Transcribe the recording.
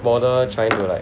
bother trying to like